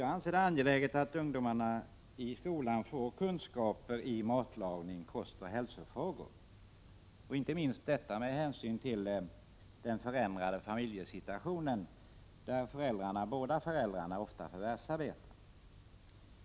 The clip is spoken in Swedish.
Jag anser det angeläget att ungdomarna i skolan får kunskaper om matlagning och i kostoch hälsofrågor, inte minst med tanke på den förändrade familjesituationen, där ofta båda föräldrarna förvärvsarbetar.